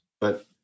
But-